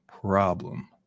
problem